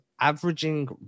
averaging